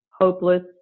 hopeless